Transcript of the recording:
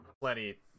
plenty